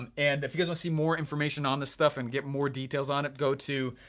um and if you guys wanna see more information on this stuff and get more details on it, go to,